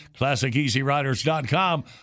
ClassicEasyRiders.com